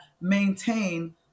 maintain